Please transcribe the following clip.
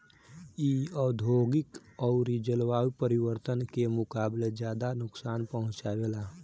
इ औधोगिक अउरी जलवायु परिवर्तन के मुकाबले ज्यादा नुकसान पहुँचावे ला